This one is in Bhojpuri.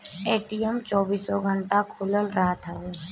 ए.टी.एम चौबीसो घंटा खुलल रहत हवे